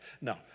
No